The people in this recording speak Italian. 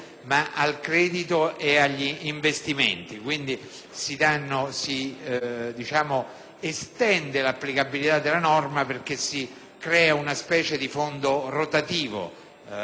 ma al credito e agli investimenti, quindi si estende l'applicabilità della norma in quanto si crea una specie di fondo rotativo;